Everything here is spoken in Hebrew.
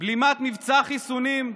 בלימת מבצע חיסונים,